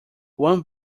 one